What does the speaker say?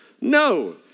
No